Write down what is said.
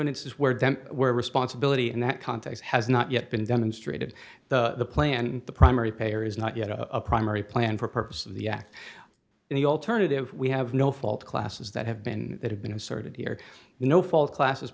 an instance where them where responsibility in that context has not yet been demonstrated the plan the primary payer is not yet a primary plan for purposes of the act in the alternative we have no fault classes that have been that have been asserted here no fault classes